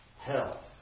Hell